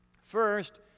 First